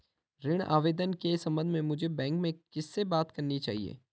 ऋण आवेदन के संबंध में मुझे बैंक में किससे बात करनी चाहिए?